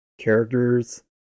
characters